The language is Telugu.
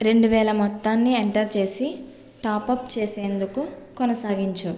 రెండు వేల మొత్తాన్ని ఎంటర్ చేసి టాప్అప్ చేసేందుకు కొనసాగించు